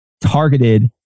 targeted